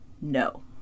no